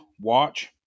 watch